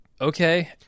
Okay